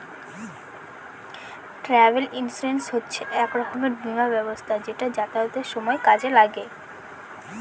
travel insurance হচ্ছে এক রকমের বীমা ব্যবস্থা যেটা যাতায়াতের সময় কাজে লাগে